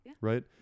Right